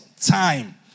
time